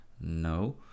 No